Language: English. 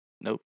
Nope